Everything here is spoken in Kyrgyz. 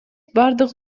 бардык